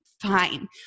fine